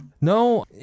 No